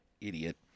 Idiot